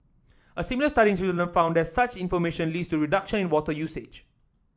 a similar study in Switzerland found that such information leads to reduction in water usage